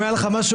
עליכם.